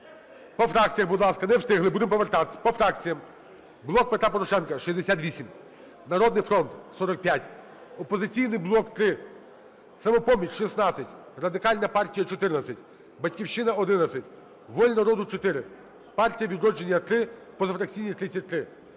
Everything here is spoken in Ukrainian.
По фракціях, будь ласка. Не встигли, будемо повертатись. По фракціях. "Блок Петра Порошенка" – 68, "Народний фронт" – 45, "Опозиційний блок" – 3, "Самопоміч" – 16, Радикальна партія – 14, "Батьківщина" – 11, "Воля народу" – 4, "Партія "Відродження" – 3, позафракційні – 33.